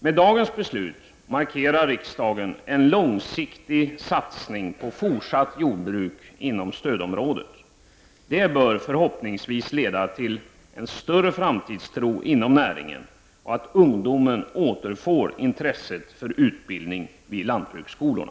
Med dagens beslut markerar riksdagen en långsiktig satsning på fortsatt jordbruk inom stödområdet. Det bör förhoppningsvis leda till större framtidstro inom näringen och till att ungdomen återfår intresset för utbildning vid lantbruksskolorna.